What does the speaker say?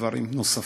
דברים נוספים.